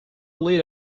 lead